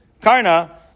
Karna